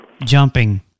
Jumping